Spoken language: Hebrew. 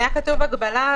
היה כתוב "הגבלה",